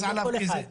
והכריז עליו פיזית.